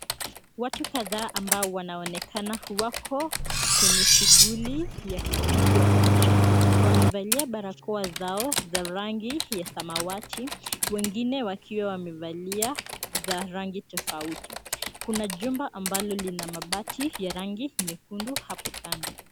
Watu kadhaa ambao wanaonekana wako kwenye shughuli ya kupigwa picha wamevalia barakoa zao za rangi ya samawati wengine wakiwa wamevalia za rangi tofauti. Kuna jumba ambalo lina mabati ya rangi nyekundu hapo kando.